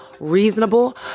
reasonable